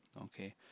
okay